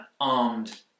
armed